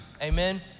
amen